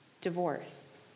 Divorce